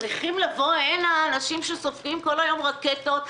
צריכים לבוא הנה אנשים שסופגים כל היום רקטות,